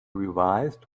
revised